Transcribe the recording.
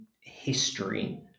history